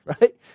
right